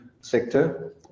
sector